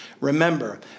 remember